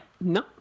No